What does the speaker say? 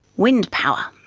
wind power,